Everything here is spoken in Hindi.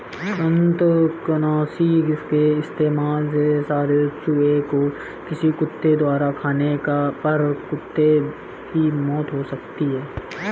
कृतंकनाशी के इस्तेमाल से मरे चूहें को किसी कुत्ते द्वारा खाने पर कुत्ते की मौत हो सकती है